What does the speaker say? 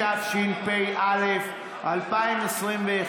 התשפ"א 2021,